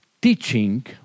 Teaching